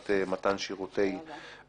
אנחנו עוברים לסעיף השני על סדר היום,